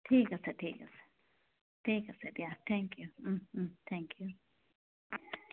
ঠিক আছে ঠিক আছে ঠিক আছে দিয়া থেংক ইউ থেংক ইউ